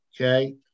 okay